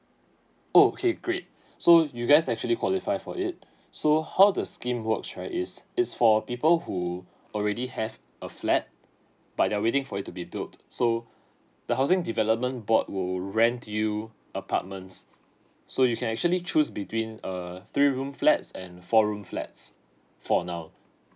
oh okay great so you guys actually qualify for it so how the scheme works right is is for people who already have a flat but they are waiting for it to be built so the housing development board will rent you apartments so you can actually choose between a three room flats and four room flats for now